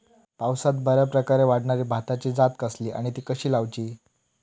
पावसात बऱ्याप्रकारे वाढणारी भाताची जात कसली आणि ती कशी लाऊची?